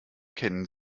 kennen